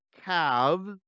calves